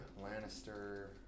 Lannister